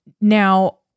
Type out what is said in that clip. Now